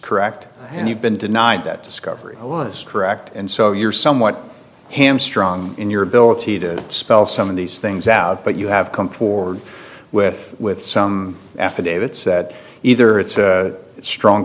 correct and you've been denied that discovery was correct and so you're somewhat ham strong in your ability to spell some of these things out but you have come forward with with some affidavits that either it's strong